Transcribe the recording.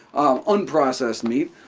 unprocessed meat.